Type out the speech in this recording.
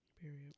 Period